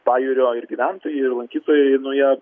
pajūrio ir gyventojai ir lankytojai nu jie